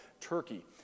Turkey